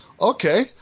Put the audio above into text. Okay